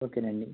okay నండి